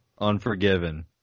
Unforgiven